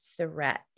threat